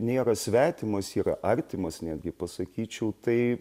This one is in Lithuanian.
nėra svetimas yra artimas netgi pasakyčiau tai